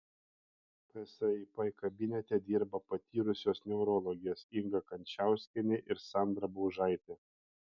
psip kabinete dirba patyrusios neurologės inga kančauskienė ir sandra baužaitė